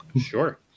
Sure